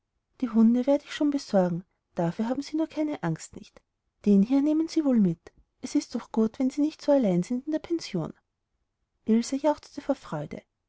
die hunde werde ich schon besorgen dafür haben sie nur keine angst nicht den hier nehmen sie wohl mit es ist doch gut wenn sie nicht so allein in der pension sind ilse jauchzte vor freude